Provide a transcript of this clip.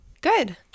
Good